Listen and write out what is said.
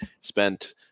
spent –